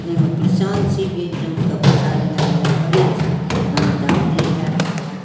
ओहिमे परेशान छी भेल जनके पइसा लगा लगा करै छी तहन तऽ आब जे हैत से हैत